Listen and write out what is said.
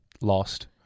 lost